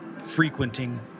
frequenting